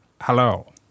Hello